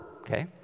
okay